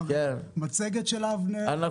אני רואה מצגת של אבנר.